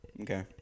Okay